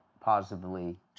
positively